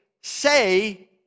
say